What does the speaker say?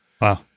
Wow